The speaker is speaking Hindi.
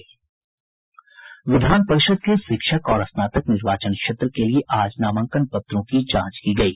विधान परिषद् के शिक्षक और स्नातक निर्वाचन क्षेत्र के लिए आज नामांकन पत्रों की जांच की गयी